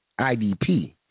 IDP